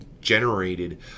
generated